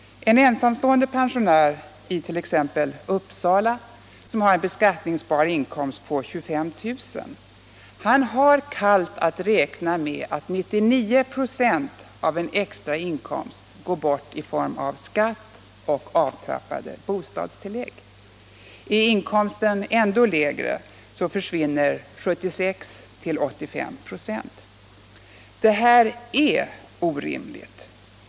En ensamstående pensionär it.ex. Uppsala som har en beskattningsbar inkomst på 25 000 kr. har kallt att räkna med att 99 26 av en extra inkomst går bort i form av skatt och avtrappade bostadstillägg. Är inkomsten ännu lägre försvinner 76-85 96. Detta är orimligt.